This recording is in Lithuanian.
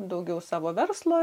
daugiau savo verslo